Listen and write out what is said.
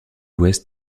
ouest